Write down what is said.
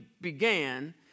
began